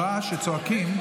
הרעש שצועקים,